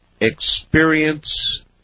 experience